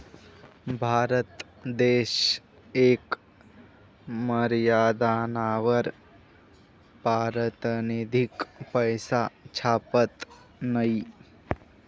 भारत देश येक मर्यादानावर पारतिनिधिक पैसा छापत नयी